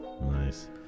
Nice